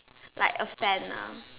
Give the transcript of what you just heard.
like a fan lah